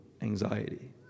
anxiety